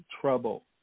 trouble